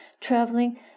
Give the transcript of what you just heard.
traveling